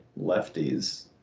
lefties